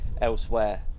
elsewhere